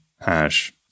hash